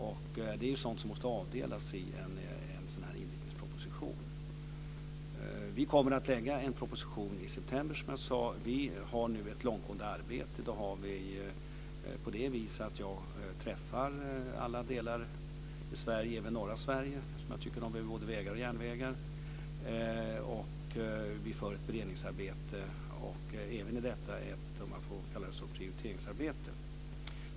Det är sådant som måste avdelas i en inrikesproposition. Vi kommer att lägga fram en proposition i september, som jag sade. Vi har ett långtgående arbete på det viset att jag träffar alla delar i Sverige, även norra Sverige eftersom jag tycker att vi behöver både vägar och järnvägar. Vi för ett beredningsarbete, även i detta ett prioriteringsarbete.